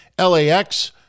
LAX